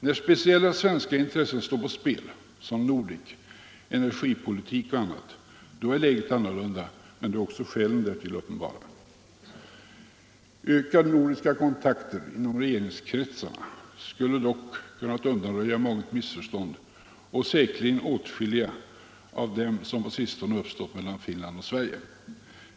När speciella svenska intressen står på spel såsom Nordek, energipolitik och annat, är läget annorlunda, men då är också skälen därtill uppenbara. Ökade nordiska kontakter inom regeringskretsarna skulle dock kunnat undanröja månget missförstånd och säkert åtskilliga av dem som på sistone uppstått mellan Finland och Sverige.